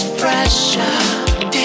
pressure